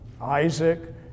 Isaac